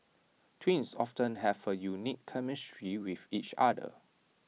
twins often have A unique chemistry with each other